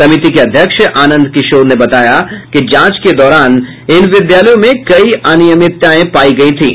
समिति के अध्यक्ष आनंद किशोर ने बताया कि जांच के दौरान इन विद्यालयों में कई अनियमितताएं पायी गयी थीं